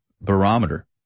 barometer